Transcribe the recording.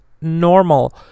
normal